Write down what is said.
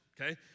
okay